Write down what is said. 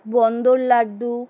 বোঁদের laddu